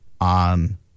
on